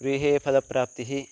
गृहे फलप्राप्तिः